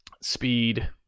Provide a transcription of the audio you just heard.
speed